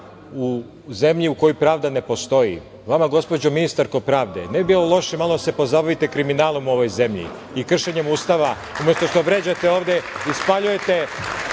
U zemlji u kojoj pravda ne postoji vama, gospođo ministarko pravde, ne bi bilo loše malo da se pozabavite kriminalom u ovoj zemlji i kršenjem Ustava umesto što vređate ovde, ispaljujete